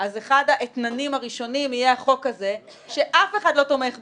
אז אחד האתננים הראשונים יהיה החוק הזה שאף אחד לא תומך בו,